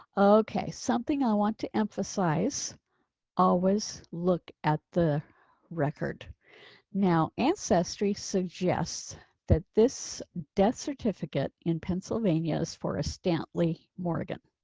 okay, something i want to emphasize always look at the record now ancestry suggests that this death certificate in pennsylvania is for a stantley morgan.